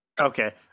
Okay